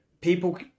people